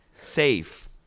Safe